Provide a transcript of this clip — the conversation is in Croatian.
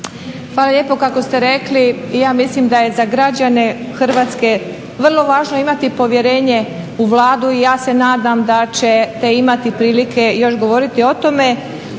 hvala lijepo. Kako ste rekli i ja mislim da je za građane Hrvatske vrlo važno imati povjerenje u Vladu i ja se nadam da ćete imati prilike još govoriti o tome